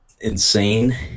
insane